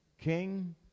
King